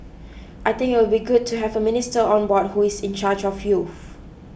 I think it will be good to have a minister on board who is in charge of youth